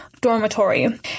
dormitory